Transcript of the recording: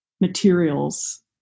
materials